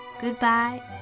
Goodbye